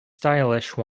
stylish